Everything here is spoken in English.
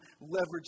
leverage